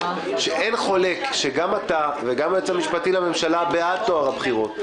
שאין חולק שגם אתה וגם היועץ המשפטי לממשלה בעד טוהר בחירות.